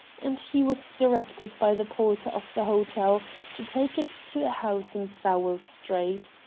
and he was directed by the porter of the hotel to take it to a house in sowell street.